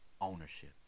Ownership